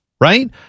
right